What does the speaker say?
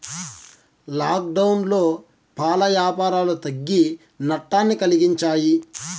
లాక్డౌన్లో పాల యాపారాలు తగ్గి నట్టాన్ని కలిగించాయి